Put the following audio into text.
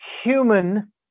human